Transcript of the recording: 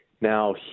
now